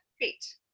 great